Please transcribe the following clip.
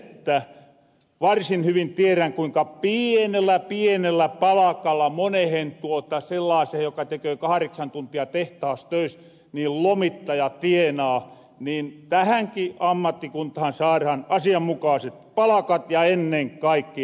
toivoosin myös sitä kun varsin hyvin tierän kuinka pienellä pienellä palakalla monehen sellaasehen verrattuna joka teköö kahreksan tuntia tehtahas töis lomittaja tienaa että tähänki ammattikuntahan saarahan asianmukaaset palakat ja ennen kaikkia arvostus